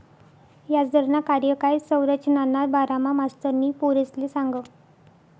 याजदरना कार्यकाय संरचनाना बारामा मास्तरनी पोरेसले सांगं